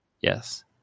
Yes